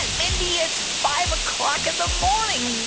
and mindy, it's five o'clock in the morning.